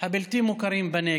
הבלתי-מוכרים בנגב,